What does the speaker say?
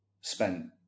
spent